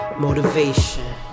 Motivation